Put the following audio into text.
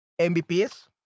MVPs